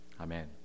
Amen